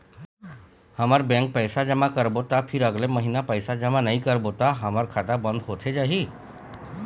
हमन बैंक पैसा जमा करबो ता फिर अगले महीना पैसा जमा नई करबो ता का हमर खाता बंद होथे जाही?